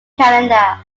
canada